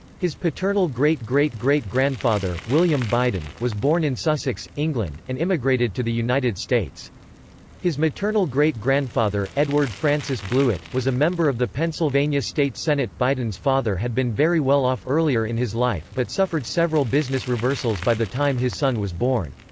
his paternal great-great-great grandfather, william biden, was born in sussex, england, and immigrated to the united states his maternal great-grandfather, edward francis blewitt, was a member of the pennsylvania state senate biden's father had been very well off earlier in his life but suffered several business reversals by the time his son was born.